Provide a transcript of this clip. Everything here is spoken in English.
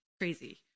crazy